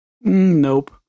Nope